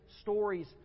stories